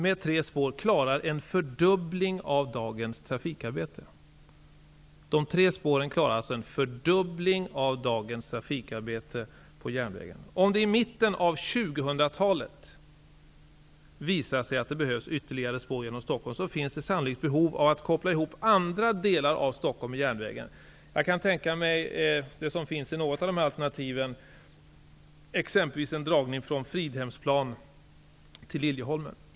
Med en lösning med tre spår klarar man en fördubbling av dagens trafikarbete på järnvägen. Om det under mitten av 2000-talet visar sig att det behövs ytterligare spår genom Stockholmsområdet, finns det sannolikt behov av att koppla ihop andra delar av Stockholm med järnvägen. Jag kan tänka mig t.ex. en dragning från Fridhemsplan till Liljeholmen, såsom föreslås i något av alternativen.